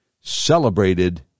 celebrated